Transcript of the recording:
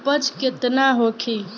उपज केतना होखे?